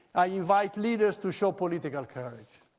i invite leaders to show political courage.